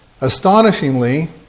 astonishingly